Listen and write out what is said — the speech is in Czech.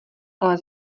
ale